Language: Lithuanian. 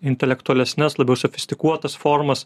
intelektualesnes labiau sofistikuotas formas